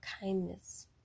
kindness